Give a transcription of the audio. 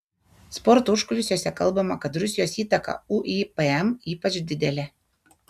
sporto užkulisiuose kalbama kad rusijos įtaka uipm yra ypač didelė